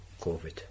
COVID